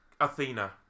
Athena